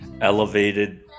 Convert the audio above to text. elevated